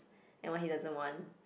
and what he doesn't want